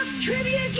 trivia